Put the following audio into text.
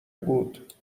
بود